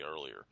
earlier